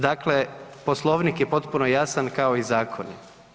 Dakle, Poslovnik je potpuno jasan kao i zakoni.